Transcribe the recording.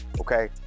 okay